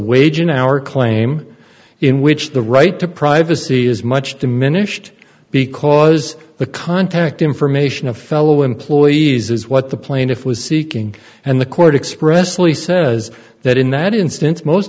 wage an hour claim in which the right to privacy is much diminished because the contact information of fellow employees is what the plaintiff was seeking and the court expressly says that in that instance most